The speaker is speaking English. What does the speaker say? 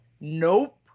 Nope